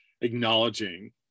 acknowledging